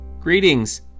Greetings